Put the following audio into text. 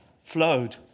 flowed